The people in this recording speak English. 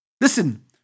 Listen